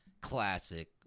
classic